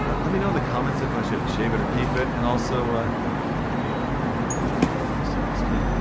ah let me know in the comments if i should shave it or keep it and also ah give me ah a like for my self-esteem,